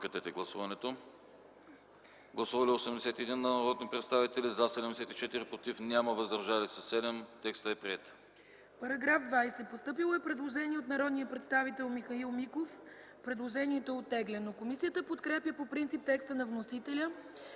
По § 20 е постъпило предложение от народния представител Михаил Миков. Предложението е оттеглено. Комисията подкрепя по принцип текста на вносителя